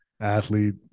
Athlete